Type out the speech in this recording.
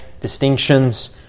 distinctions